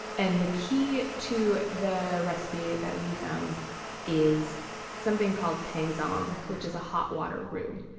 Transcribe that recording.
and the key to the recipe that we found is something called tangzhong, which is a hot water roux.